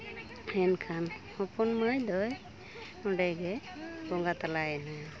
ᱢᱮᱱᱠᱷᱟᱱ ᱦᱚᱯᱚᱱ ᱢᱟᱹᱭ ᱫᱚᱭ ᱚᱸᱰᱮ ᱜᱮᱭ ᱵᱚᱸᱜᱟ ᱛᱟᱞᱟᱭᱮᱱᱟ